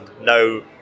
No